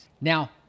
Now